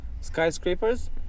skyscrapers